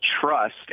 trust